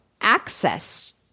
access